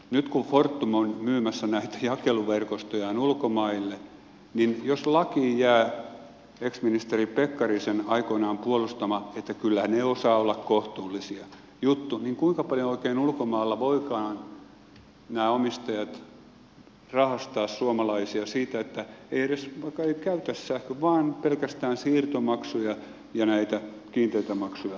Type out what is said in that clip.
nyt kun fortum on myymässä näitä jakeluverkostojaan ulkomaille niin jos lakiin jää ex ministeri pekkarisen aikoinaan puolustama kyllä ne osaa olla kohtuullisia juttu niin kuinka paljon oikein ulkomailla voivatkaan nämä omistajat rahastaa suomalaisilta vaikka ei edes käytä sähköä pelkästään siirtomaksuja ja näitä kiinteitä maksuja